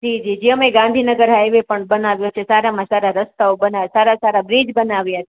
જી જી જી અમે ગાંધીનગર હાઇવે પણ બનાવ્યો છે સારામાં સારા રસ્તાઓ બનાવ્યા સારા સારા બ્રિજ બનાવ્યા છે